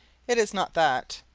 it is not that.